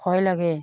ভয় লাগে